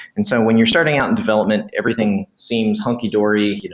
and so when you're starting out in development, everything seems hunky-dory.